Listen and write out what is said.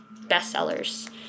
bestsellers